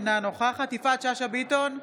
אינה נוכחת יפעת שאשא ביטון,